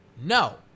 No